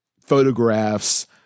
photographs